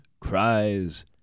cries